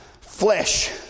flesh